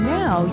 now